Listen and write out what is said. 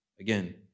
Again